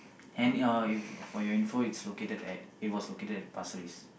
and uh if for your info it's located at it was located at Pasir-Ris